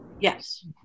Yes